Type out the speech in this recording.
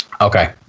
Okay